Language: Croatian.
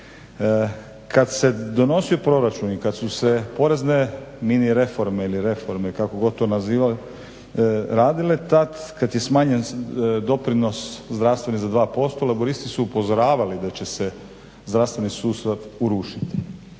Kad se donosio proračun i kad su se porezne mini-reforme ili reforme kako god to nazivali radile tad kad je smanjen doprinos zdravstveni za 2%, Laburisti su upozoravali da će se zdravstveni sustav urušiti.